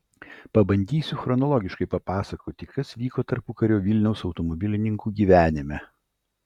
pabandysiu chronologiškai papasakoti kas vyko tarpukario vilniaus automobilininkų gyvenime